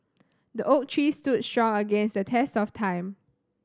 the oak tree stood strong against the test of time